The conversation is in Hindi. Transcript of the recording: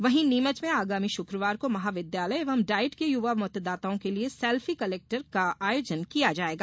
वहीं नीमच में आगामी शुक्रवार को महाविद्यालय एवं डाइट के युवा मतदाताओं के लिये सेल्फि कलेक्टर और एसपी का आयोजन किया जाएगा